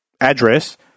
address